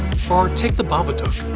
or take the babadook,